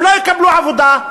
הם לא יקבלו עבודה,